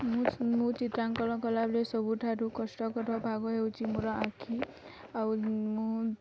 ମୁଁ ମୁଁ ଚିତ୍ରା ଅଙ୍କନ କଲା ବେଳେ ସବୁଠାରୁ କଷ୍ଟକର ପାଗ ହେଉଛି ମୋର ଆଖି ଆଉ ମୁଁ